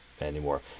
anymore